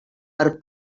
per